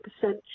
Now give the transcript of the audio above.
percent